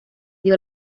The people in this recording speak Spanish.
dio